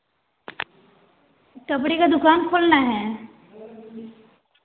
कपड़े का दुकान खोलना है